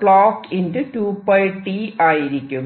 clock2πt ആയിരിക്കും